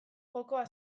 jokoa